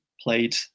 played